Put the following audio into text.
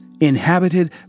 inhabited